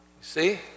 See